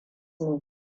ne